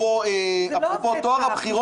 אבל ממשיכים בגבייה